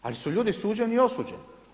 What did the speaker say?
Ali su ljudi suđeni i osuđeni.